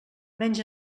menys